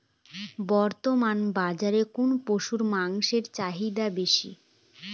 বর্তমান বাজারে কোন পশুর মাংসের চাহিদা বেশি?